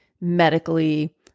medically